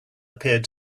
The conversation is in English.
appeared